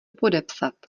podepsat